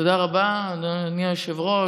תודה רבה, אדוני היושב-ראש.